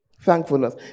Thankfulness